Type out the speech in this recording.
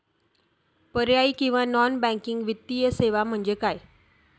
पर्यायी किंवा non banking वित्तीय सेवा म्हणजे काय?